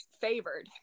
favored